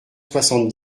soixante